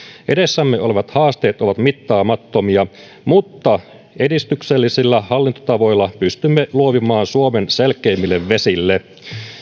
edessämme olevat haasteet ovat mittaamattomia mutta edistyksellisillä hallintotavoilla pystymme luovimaan suomen selkeämmille vesille